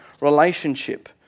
relationship